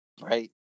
Right